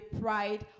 pride